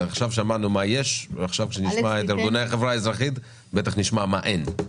עכשיו שמענו מה יש וכאשר נשמע את ארגוני החברה האזרחית בטח נשמע מה אין.